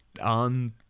on